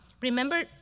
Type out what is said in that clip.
remember